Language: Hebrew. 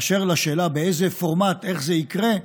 באשר לשאלה באיזה פורמט, איך זה יקרה,